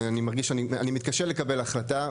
אני מרגיש שאני מתקשה לקבל החלטה,